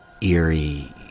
eerie